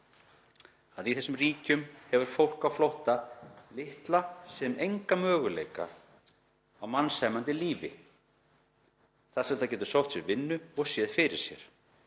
að í þessum ríkjum hefur fólk á flótta litla sem enga möguleika á mannsæmandi lífi, þar sem það getur sótt vinnu og séð fyrir sér,